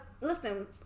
listen